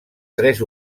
tres